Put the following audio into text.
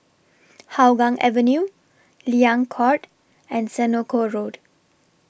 Hougang Avenue Liang Court and Senoko Road